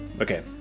Okay